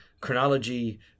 chronology